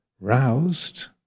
roused